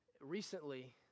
recently